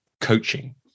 coaching